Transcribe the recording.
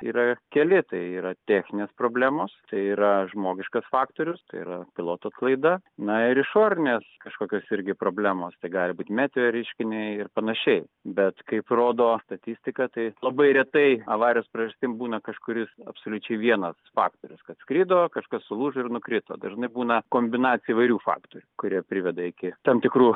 yra keli tai yra techninės problemos tai yra žmogiškas faktorius tai yra piloto klaida na ir išorinės kažkokios irgi problemos tai gali būt meteo reiškiniai ir panašiai bet kaip rodo statistika tai labai retai avarijos priežastim būna kažkuris absoliučiai vienas faktorius kad skrido kažkas sulūžo ir nukrito dažnai būna kombinacija įvairių faktorių kurie priveda iki tam tikrų